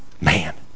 man